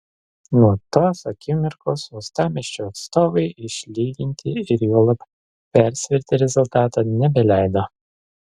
nuo tos akimirkos uostamiesčio atstovai išlyginti ir juolab persverti rezultato nebeleido